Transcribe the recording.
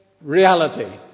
reality